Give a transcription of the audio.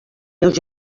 meus